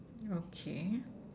okay